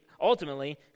ultimately